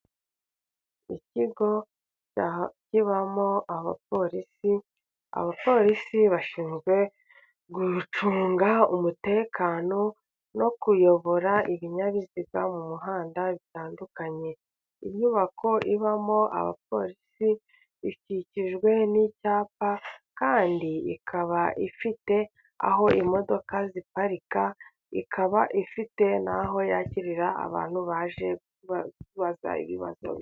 Ikiigo kibamo abapolisi ,abapolisi bashinzwe gucunga umutekano no kuyobora ibinyabiziga mu muhanda bitandukanye .Inyubako ibamo abapolisi ikikijwe n'icyapa kandi ikaba ifite aho imodoka ziparika ,ikaba ifite n'aho yakirira abantu baje babaza ibibazo.